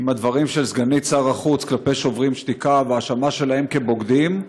עם הדברים של סגנית שר החוץ כלפי שוברים שתיקה וההאשמה שלהם כבוגדים,